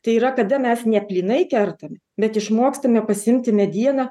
tai yra kada mes ne plynai kertam bet išmokstame pasiimti medieną